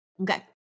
okay